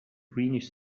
greenish